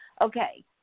Okay